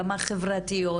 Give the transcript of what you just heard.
גם החברתיות,